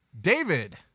David